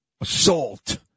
assault